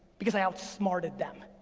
because i outsmarted them.